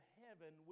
heaven